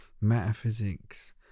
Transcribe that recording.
metaphysics